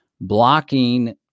blocking